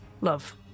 love